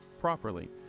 properly